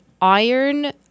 iron